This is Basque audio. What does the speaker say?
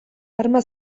arma